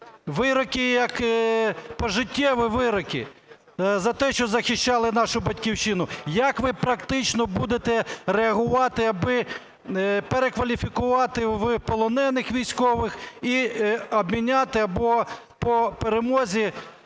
вироки, пожиттєві вироки за те, що захищали нашу Батьківщину. Як ви практично будете реагувати аби перекваліфікувати в полонених військових і обміняти або по перемозі